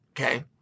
okay